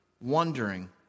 Wondering